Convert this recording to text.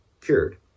cured